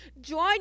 join